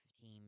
team